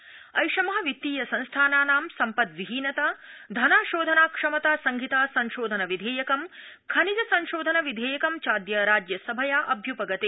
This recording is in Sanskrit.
राज्यसभा ऐषम वित्तीय संस्थानानां संपद्विहीनता धनाशोधना क्षमता संहिता संशोधन विधेयकम् खनिज संशोधन विधेयकम् चाद्य राज्यसभया अभ्यूपगते